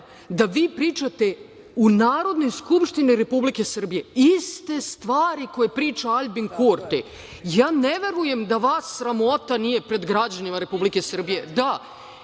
da vi pričate u Narodnoj skupštini Republike Srbije iste stvari koje priča Aljbin Kurti? Ne verujem da vas sramota nije pred građanima Republike Srbije. Da,